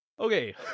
Okay